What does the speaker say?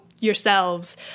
yourselves